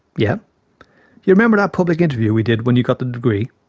yeah you remember that public interview we did when you got the degree?